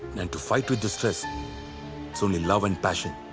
and to fight with this stress. it's only love and passion!